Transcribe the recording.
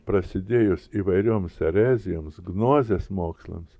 prasidėjus įvairioms erezijoms gnozės mokslams